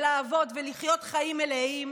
ולעבוד ולחיות חיים מלאים,